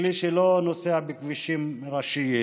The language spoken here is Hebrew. זה כלי שלא נוסע בכבישים ראשיים,